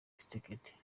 tshisekedi